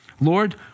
Lord